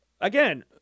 again